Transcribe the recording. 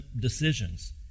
decisions